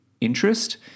interest